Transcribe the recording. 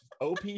OP